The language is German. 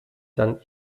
dann